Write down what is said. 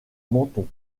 menton